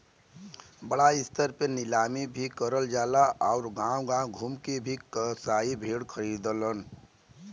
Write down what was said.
बड़ा स्तर पे नीलामी भी करल जाला आउर गांव गांव घूम के भी कसाई भेड़ खरीदलन